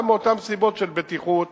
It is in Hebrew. גם מאותן סיבות של בטיחות